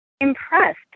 impressed